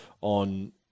on